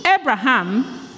Abraham